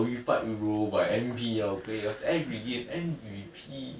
I feel roger roger is a fun hero lah roger fun